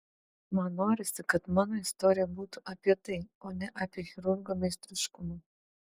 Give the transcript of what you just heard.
man norisi kad mano istorija būtų apie tai o ne apie chirurgo meistriškumą